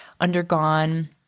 undergone